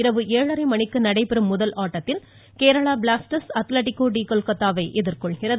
இரவு ஏழரை மணிக்கு நடைபெறும் முதல் கேரளா பிளாஸ்டர்ஸ் அத்லட்டிகோ டி கொல்கத்தாவை எதிர்கொள்கிறது